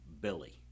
Billy